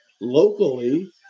locally